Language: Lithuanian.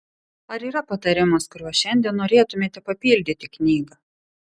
ar yra patarimas kuriuo šiandien norėtumėte papildyti knygą